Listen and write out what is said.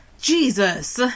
Jesus